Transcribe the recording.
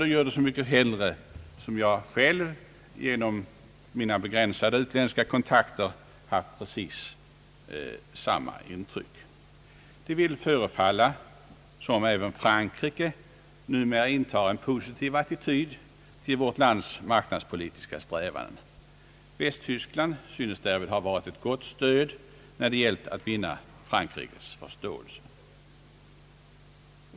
Jag gör det så mycket hellre som jag genom mina begränsade utländska kontakter haft precis samma intryck. Det förefaller som om även Frankrike numera intar en positiv attityd till vårt lands marknadspolitiska strävanden. Västtyskland synes ha varit ett gott stöd när det gällt att vinna Frankrikes förståelse.